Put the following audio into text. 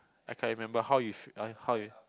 I can't remember how you how you